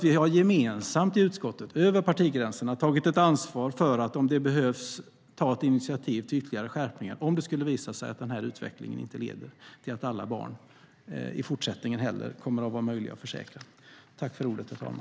Vi har gemensamt i utskottet, över partigränserna, tagit ett ansvar för att ta initiativ till ytterligare skärpningar om det skulle visa sig att den här utvecklingen ändå inte leder till att alla barn i fortsättningen kommer att vara möjliga att försäkra.